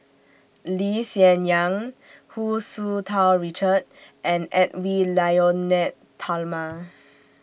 Lee Hsien Yang Hu Tsu Tau Richard and Edwy Lyonet Talma